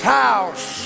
house